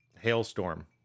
hailstorm